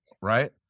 Right